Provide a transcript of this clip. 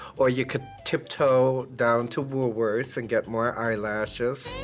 or you could tip-toe down to woolworth's and get more eyelashes.